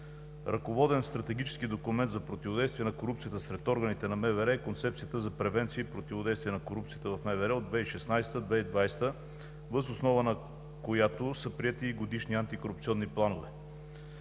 Ръководен стратегически документ за противодействие на корупцията сред органите на МВР е Концепцията за превенция и противодействие на корупцията в МВР от 2016 – 2020 г., въз основа на която са приети и годишни антикорупционни планове,